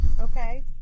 Okay